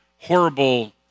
horrible